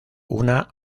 una